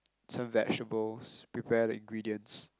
some vegetables prepare the ingredients